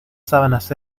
sábanas